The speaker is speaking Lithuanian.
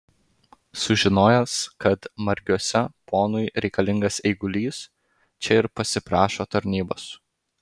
sužinojęs kad margiuose ponui reikalingas eigulys čia ir pasiprašo tarnybos